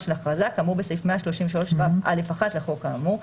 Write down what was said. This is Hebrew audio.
של הכרזה כאמור בסעיף 133ו(א1) לחוק האמור.